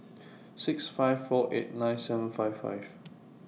six five four eight nine seven five five